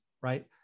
right